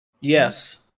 Yes